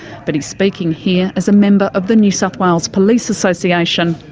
but he's speaking here as a member of the new south wales police association.